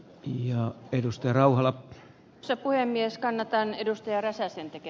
ja edusti rauhala sai puhemies kannatan ed